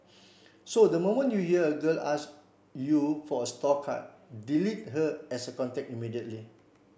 so the moment you hear a girl ask you for a store card delete her as a contact immediately